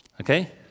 Okay